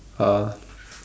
uh